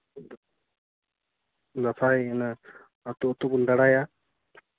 ᱫᱟᱸᱥᱟᱭ ᱚᱱᱟ ᱟᱹᱛᱩᱼᱟᱹᱛᱩ ᱵᱚᱱ ᱫᱟᱬᱟᱭᱟ